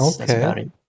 okay